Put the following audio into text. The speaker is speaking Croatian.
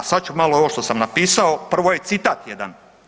E, a sad ću malo ovo što sam napisao prvo je citat jedan.